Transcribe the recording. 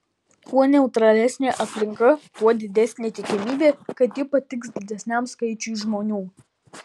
kuo neutralesnė aplinka tuo didesnė tikimybė kad ji patiks didesniam skaičiui žmonių